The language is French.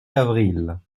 d’avril